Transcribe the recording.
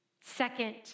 second